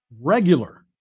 regular